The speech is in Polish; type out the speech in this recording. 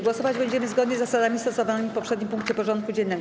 Głosować będziemy zgodnie z zasadami stosowanymi w poprzednim punkcie porządku dziennego.